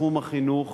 בתחום החינוך